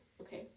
Okay